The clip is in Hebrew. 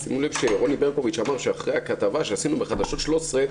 שימו לב שרוני ברקוביץ אמר שאחרי הכתבה שעשינו בחדשות 13,